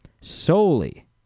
solely